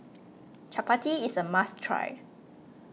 Chappati is a must try